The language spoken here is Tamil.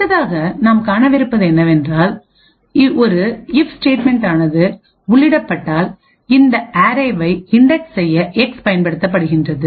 அடுத்ததாக நாம் காணவிருப்பது என்னவென்றால் ஒரு இப் ஸ்டேட்மென்ட் ஆனது உள்ளிடப்பட்டால் இந்த அரேவை இன்டெக்ஸ் செய்ய எக்ஸ் பயன்படுத்தப்படுகின்றது